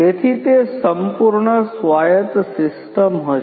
તેથી તે સંપૂર્ણ સ્વાયત્ત સિસ્ટમ હશે